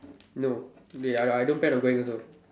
no they I I don't plan on going also